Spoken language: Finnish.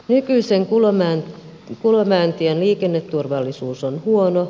nykyisen kulomäentien liikenneturvallisuus on huono